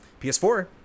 ps4